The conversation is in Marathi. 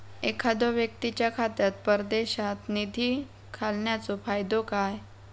एखादो व्यक्तीच्या खात्यात परदेशात निधी घालन्याचो फायदो काय?